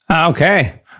Okay